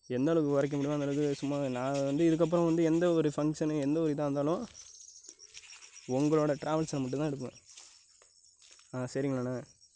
எந்தளவுக்கு குறைக்க முடியுமோ அந்த அளவுக்கு சும்மா நான் வந்து இதுக்கப்றோம் வந்து எந்தவொரு ஃபங்க்ஷனு எந்தவொரு இதாகருந்தாலும் உங்களோட டிராவல்ஸில் மட்டும்தான் எடுப்பேன் ஆ சரிங்களாண்ணே